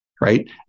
Right